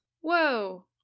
Whoa